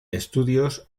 estudios